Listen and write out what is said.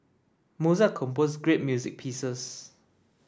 Mozart composed great music pieces